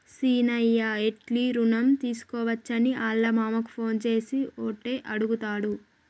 సీనయ్య ఎట్లి రుణం తీసుకోవచ్చని ఆళ్ళ మామకు ఫోన్ చేసి ఓటే అడుగుతాండు